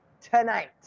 tonight